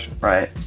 Right